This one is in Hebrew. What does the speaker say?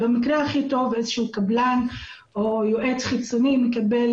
במקרה הכי טוב איזה שהוא קבלן או יועץ חיצוני מקבל